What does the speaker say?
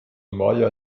maja